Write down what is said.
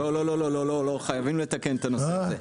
לא, לא, חייבים לתקן את הנושא הזה.